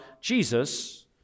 Jesus